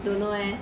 don't know leh